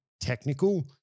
technical